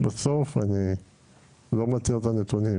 בסוף אני לא מכיר את הנתונים